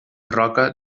roca